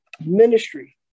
ministry